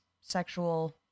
sexual